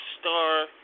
star